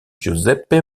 giuseppe